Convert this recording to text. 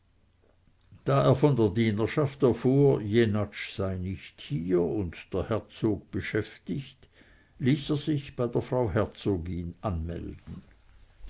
da er von der dienerschaft erfuhr jenatsch sei nicht hier und der herzog beschäftigt ließ er sich bei der frau herzogin anmelden